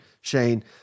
Shane